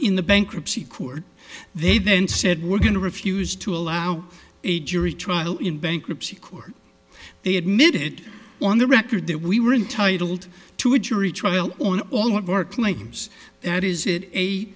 in the bankruptcy court they then said we're going to refuse to allow a jury trial in bankruptcy court they admitted on the record that we were entitled to a jury trial on all of our planes that is it eight